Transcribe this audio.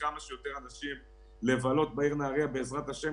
כמה שיותר אנשים לבלות בעיר נהריה בעזרת השם,